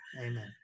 Amen